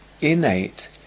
innate